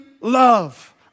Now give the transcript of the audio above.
love